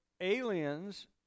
aliens